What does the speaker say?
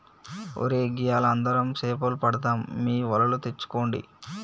ఒరై గియ్యాల అందరం సేపలు పడదాం మీ వలలు తెచ్చుకోండి